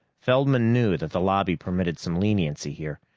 feldman knew that the lobby permitted some leniency here,